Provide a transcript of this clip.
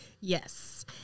yes